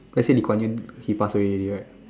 actually Lee-Kuan-Yew he pass away already right